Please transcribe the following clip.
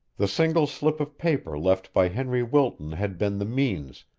the single slip of paper left by henry wilton had been the means,